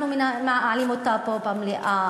אנחנו מעלים אותו פה במליאה,